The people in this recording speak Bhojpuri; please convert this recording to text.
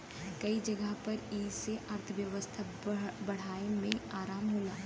कई जगह पर ई से अर्थव्यवस्था बढ़ाए मे आराम होला